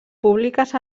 públiques